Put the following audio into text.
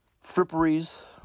Fripperies